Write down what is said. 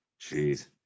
Jeez